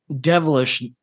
devilish